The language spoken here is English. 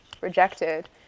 rejected